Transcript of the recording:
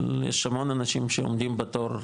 יש המון אנשים שעומדים בתור,